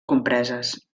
compreses